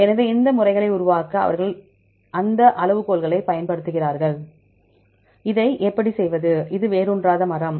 எனவே இந்த முறைகளை உருவாக்க அவர்கள் அந்த அளவுகோல்களைப் பயன்படுத்துகிறார்கள் இதை எப்படி செய்வது இது வேரூன்றாத மரம்